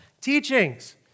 teachings